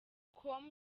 com